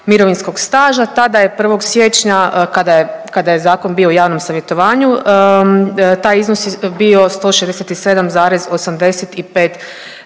mirovinskog staža, tada je, 1. siječnja, kada je zakon bio u javnom savjetovanju taj iznos bio 167,85